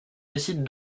décident